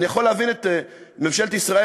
אני יכול להבין את ממשלת ישראל,